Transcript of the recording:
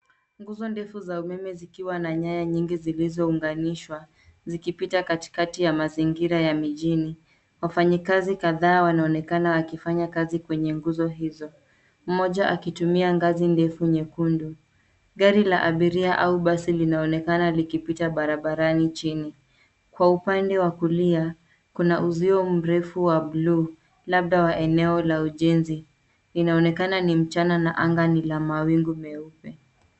Nguzo ndefu za umeme zikiwa na nyaya nyingi zilizounganishwa zikipita katikati ya mazingira ya mijini. Wafanyikazi kadhaa wanaonekana wakifanya kazi kwenye nguzo hizo. Mmoja akitumia ngazi ndefu nyekundu. Gari la abiria au basi linaonekana likipita barabarani chini. Kwa upande wa kulia, kuna uzio mrefu wa bluu, labda wa eneo la ujenzi. Inaonekana ni mchana na anga ni la mawingu meupe.